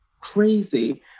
crazy